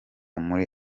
muri